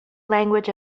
language